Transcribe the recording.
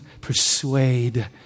Persuade